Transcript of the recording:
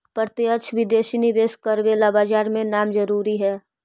प्रत्यक्ष विदेशी निवेश करवे ला बाजार में नाम जरूरी है